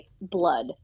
blood